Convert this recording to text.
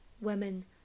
women